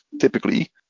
typically